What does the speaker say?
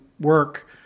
work